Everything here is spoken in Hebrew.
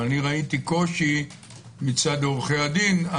ראיתי קושי אצל עורכי הדין.